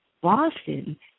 Boston